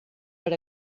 per